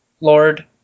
lord